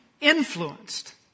influenced